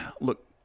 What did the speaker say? look